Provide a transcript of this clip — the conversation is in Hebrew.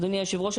אדוני יושב הראש,